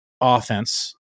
offense